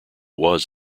was